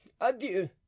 adieu